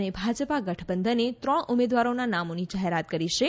અને ભાજપા ગઠબંધને ત્રણ ઉમેદવારોના નામોની જાહેરાત કરી છે